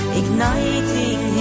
igniting